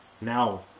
Now